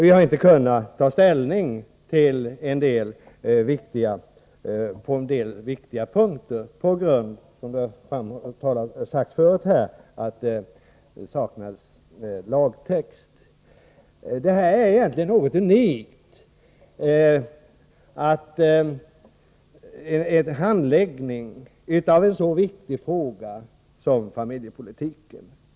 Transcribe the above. Vi har inte kunnat ta ställning till en del viktiga punkter på grund av, som har sagts förut, att det saknades lagtext. Detta är egentligen en unik handläggning av en så viktig fråga som familjepolitiken.